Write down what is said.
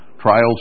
trials